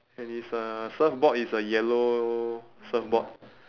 and his uh surfboard is a yellow surfboard